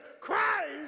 Christ